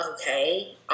okay